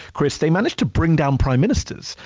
chris, they managed to bring down prime ministers.